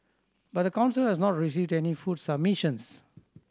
but the council has not received any food submissions